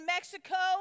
Mexico